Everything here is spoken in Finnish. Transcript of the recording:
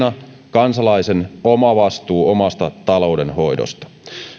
kansalaisen oma vastuu omasta taloudenhoidostaan